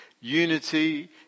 unity